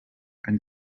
and